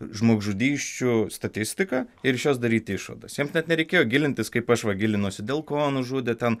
žmogžudysčių statistiką ir iš jos daryti išvadas jiems net nereikėjo gilintis kaip aš va gilinuosi dėl ko nužudė ten